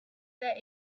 that